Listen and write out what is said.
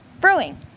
brewing